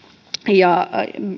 ja